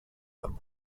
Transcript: them